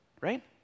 Right